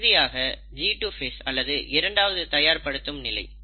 இறுதியாக G2 phase அல்லது இரண்டாவது தயார் படுத்தும் நிலை